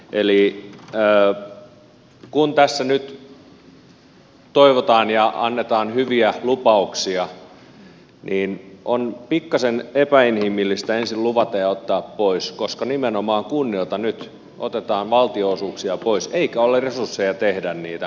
eli kun tässä nyt toivotaan ja annetaan hyviä lupauksia on pikkasen epäinhimillistä ensin luvata ja ottaa sitten pois koska nimenomaan kunnilta nyt otetaan valtionosuuksia pois eikä ole resursseja toteuttaa niitä lupauksia